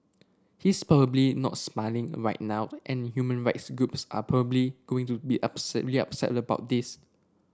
he's probably not smiling right now and human rights groups are probably going to be upset really upset about this